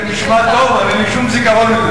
זה נשמע טוב, אבל אין לי שום זיכרון מזה.